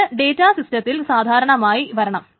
അതിന് ഡേറ്റാ സിസ്റ്റത്തിൽ സാധാരണമായി വരണം